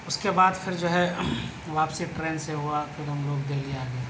اس کے بعد پھر جو ہے واپسی ٹرین سے ہوا پھر ہم لوگ دہلی آ گئے